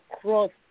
cross